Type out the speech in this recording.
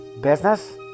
business